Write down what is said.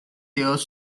years